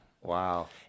Wow